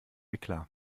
eklat